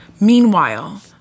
Meanwhile